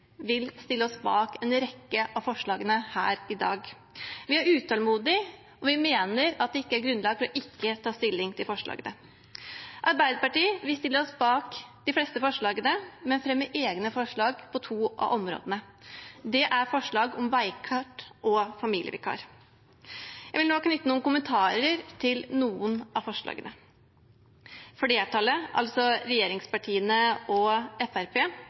vil stille oss bak en rekke av forslagene her i dag. Vi er utålmodige, og vi mener at det ikke er grunnlag for ikke å ta stilling til forslagene. Arbeiderpartiet stiller seg bak de fleste forslagene, men fremmer egne forslag på to av områdene. Det er forslagene om Veikart og om familievikar. Jeg vil nå knytte noen kommentarer til noen av forslagene. Flertallet, altså regjeringspartiene og